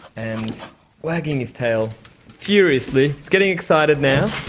and wagging his tail furiously, he's getting excited now